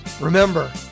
Remember